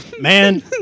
Man